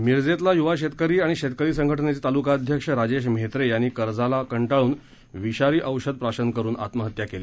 मिरजेतील युवा शेतकरी आणि शेतकरी संघटनेचे तालुका अध्यक्ष राजेश म्हेत्रे यांनी कर्जाला कंटाळून विषारी औषध प्राशन करून आत्महत्या केली